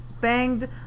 banged